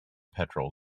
petrol